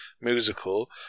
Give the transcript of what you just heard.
musical